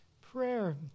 prayer